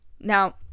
Now